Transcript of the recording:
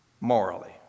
morally